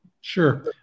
Sure